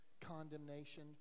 condemnation